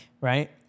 Right